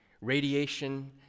radiation